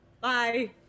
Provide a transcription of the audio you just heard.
bye